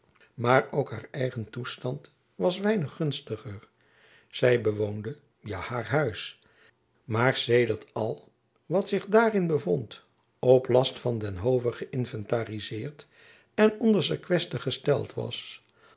maar ook haar eigen toestand was weinig gunstiger zij bewoonde ja haar huis maar sedert al wat zich daarin bevond op last van den hove geinventarizeerd en onder sequester gesteld was